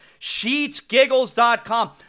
sheetsgiggles.com